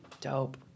Dope